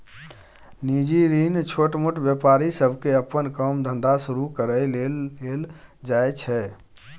निजी ऋण छोटमोट व्यापारी सबके अप्पन काम धंधा शुरू करइ लेल लेल जाइ छै